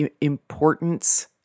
importance